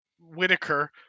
Whitaker